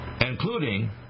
Including